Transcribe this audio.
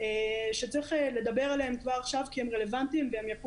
דברים שצריך לדבר עליהם כבר עכשיו כי הם רלוונטיים והם יכו